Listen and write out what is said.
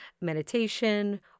meditation